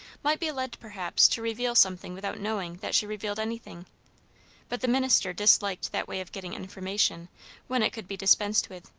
might be led perhaps to reveal something without knowing that she revealed anything but the minister disliked that way of getting information when it could be dispensed with.